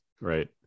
right